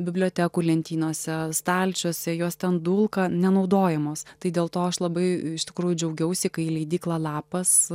bibliotekų lentynose stalčiuose jos ten dulka nenaudojamos tai dėl to aš labai iš tikrųjų džiaugiausi kai leidykla lapas